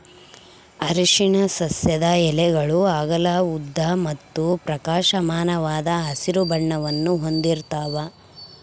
ಅರಿಶಿನ ಸಸ್ಯದ ಎಲೆಗಳು ಅಗಲ ಉದ್ದ ಮತ್ತು ಪ್ರಕಾಶಮಾನವಾದ ಹಸಿರು ಬಣ್ಣವನ್ನು ಹೊಂದಿರ್ತವ